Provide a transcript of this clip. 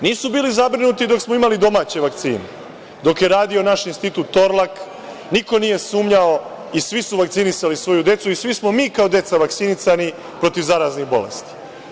Nisu bili zabrinuti dok smo imali domaće vakcine, dok je radio naš Institut „Torlak“ niko nije sumnjao i svi su vakcinisali svoju decu i svi smo mi kao deca vakcinisani protiv zaraznih bolesti.